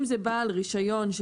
אם זה בעל רישיון,